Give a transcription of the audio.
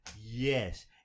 Yes